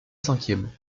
cinquième